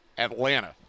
Atlanta